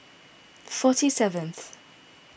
forty seventh